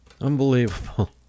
unbelievable